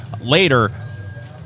later